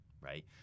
right